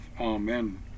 Amen